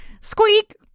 squeak